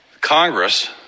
Congress